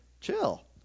Chill